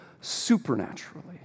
supernaturally